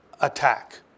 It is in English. attack